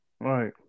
Right